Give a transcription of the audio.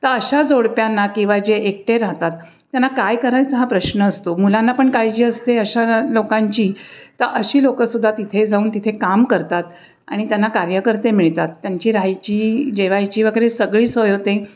तर अशा जोडप्यांना किंवा जे एकटे राहतात त्यांना काय करायचं हा प्रश्न असतो मुलांना पण काळजी असते अशा लोकांची तर अशी लोक सुद्धा तिथे जाऊन तिथे काम करतात आणि त्यांना कार्यकर्ते मिळतात त्यांची राहायची जेवायची वगैरे सगळी सोय होते